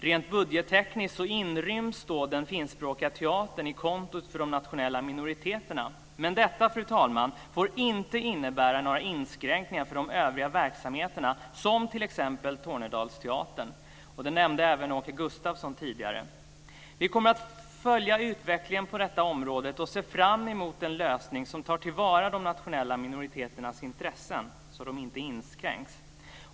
Rent budgettekniskt inryms den finskspråkiga teatern i kontot för de nationella minoriteterna. Men detta, fru talman, får inte innebära några inskränkningar för de övriga verksamheterna som t.ex. Tornedalsteaterns. Det nämnde även Åke Gustavsson tidigare. Vi kommer att följa utvecklingen på detta område och ser fram emot en lösning som tar till vara de nationella minoriteternas intressen så att de inte inskränks.